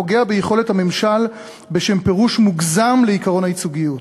פוגע ביכולת הממשל בשם פירוש מוגזם לעקרון הייצוגיות".